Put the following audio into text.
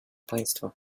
państwa